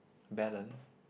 balance